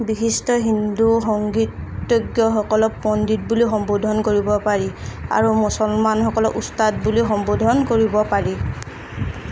বিশিষ্ট হিন্দু সংগীতজ্ঞসকলক পণ্ডিত বুলি সম্বোধন কৰিব পাৰি আৰু মুছলমানসকলক ওস্তাদ বুলি সম্বোধন কৰিব পাৰি